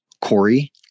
Corey